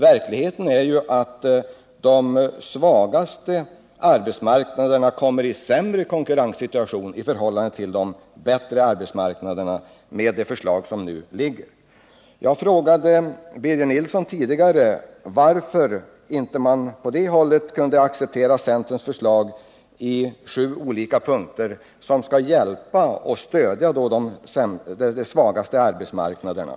Verkligheten är ju den att de svagaste arbetsmarknaderna kommer i sämre konkurrenssituation i förhållande till de bättre arbetsmarknaderna enligt det förslag som nu föreligger. Jag frågade förut Birger Nilsson varför man inte på socialdemokratiskt håll kunde acceptera centerns förslag i sju punkter för de svagaste arbetsmark naderna.